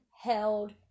held